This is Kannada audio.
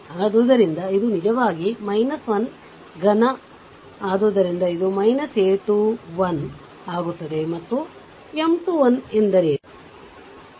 ಆದ್ದರಿಂದ ಇದು ನಿಜವಾಗಿ 1 ಘನ ಆದ್ದರಿಂದ ಇದು a 21 ಆಗುತ್ತದೆ ಮತ್ತು M 21 ಎಂದರೇನು